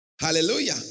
Hallelujah